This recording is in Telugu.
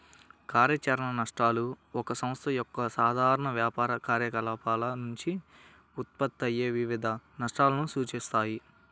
కార్యాచరణ నష్టాలు ఒక సంస్థ యొక్క సాధారణ వ్యాపార కార్యకలాపాల నుండి ఉత్పన్నమయ్యే వివిధ నష్టాలను సూచిస్తాయి